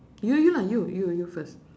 you you lah you you you first